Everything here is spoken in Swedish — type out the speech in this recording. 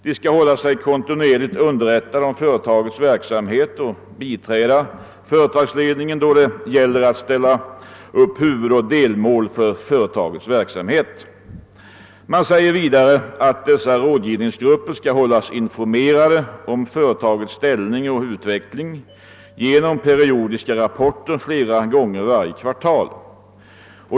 De skall hålla sig kontinuerligt underrättade om företagets verksamhet och biträda företagsledningen då det gäller att ställa upp huvudoch delmål för företagets verksamhet. Man säger vidare att dessa rådgivningsgrupper skall hållas informerade om företagets ställning och utveckling genom periodiska rapporter flera gånger varje kvartal.